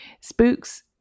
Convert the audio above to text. Spooks